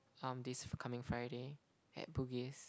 um this coming Friday at Bugis